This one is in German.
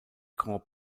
grand